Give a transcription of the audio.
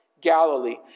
Galilee